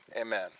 Amen